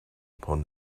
upon